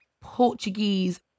Portuguese